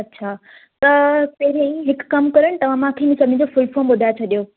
अच्छा त हुते बि हिकु कमु करियो तव्हां मांखे सभिनीनि जो फुल फॉर्म ॿुधाइ छॾियो